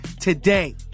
today